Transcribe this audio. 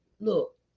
look